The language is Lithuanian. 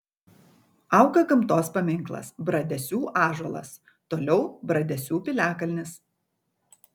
auga gamtos paminklas bradesių ąžuolas toliau bradesių piliakalnis